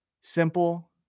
simple